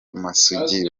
b’amasugi